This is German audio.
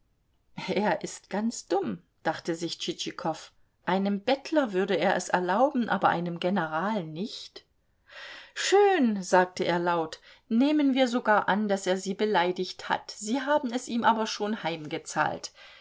er ist ganz dumm dachte sich tschitschikow einem bettler würde er es erlauben aber einem general nicht schön sagte er laut nehmen wir sogar an daß er sie beleidigt hat sie haben es ihm aber schon